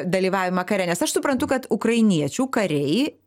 dalyvavimą kare nes aš suprantu kad ukrainiečių kariai